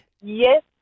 Yes